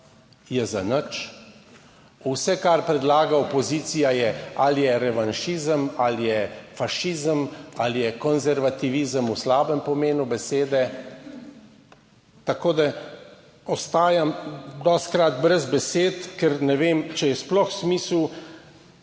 je zanič, vse, kar predlaga opozicija, je, ali revanšizem ali je fašizem, ali je konservativizem v slabem pomenu besede, tako da ostajam dostikrat brez besed, ker ne vem, če je sploh smisel,